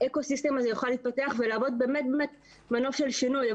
האקו-סיסטם הזה יוכל להתפתח ולהוות מנוף של שינוי.